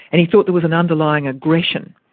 and he thought there was an underlying aggression.